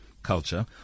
Culture